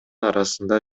арасында